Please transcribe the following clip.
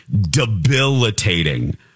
debilitating